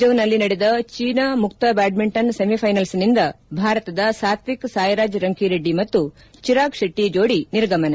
ಫುಜೌನಲ್ಲಿ ನಡೆದ ಚೀನಾ ಮುಕ್ತ ಬ್ಹಾಡ್ಜಿಂಟನ್ ಸೆಮಿಫೈನಲ್ಲ್ನಿಂದ ಭಾರತದ ಸಾತ್ವಿಕ್ ಸಾಯಿರಾಜ್ ರಂಕಿರೆಡ್ಡಿ ಮತ್ತು ಚಿರಾಗ್ ಶೆಟ್ಟ ಜೋಡಿ ನಿರ್ಗಮನ